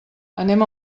anem